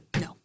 No